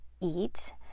eat